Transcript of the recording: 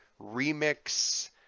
remix